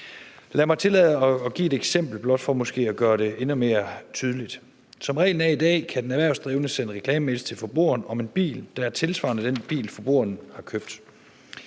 Lad mig give et eksempel på det for måske at gøre det endnu mere tydeligt: Som reglen er i dag, kan den erhvervsdrivende sende reklamemails til forbrugeren om en bil, der er tilsvarende den bil, forbrugeren har købt,